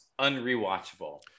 unrewatchable